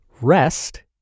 rest